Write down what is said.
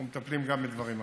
אנחנו מטפלים גם בדברים אחרים.